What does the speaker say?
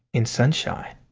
in sunshine.